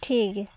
ᱴᱷᱤᱠ ᱜᱮᱭᱟ